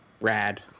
Rad